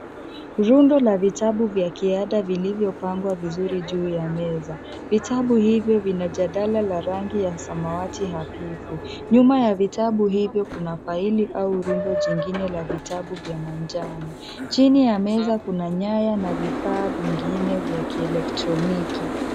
Rundo la vitabu vya kiada vilivyopangwa vizuri juu ya meza. Vitabu hivyo vina jadala la rangi ya samawati hafifu. Nyuma ya vitabu hivyo kuna faili au rundo jingine la vitabu vya manjano. Chini ya meza kuna nyaya na vifaa vingine vya kielektroniki.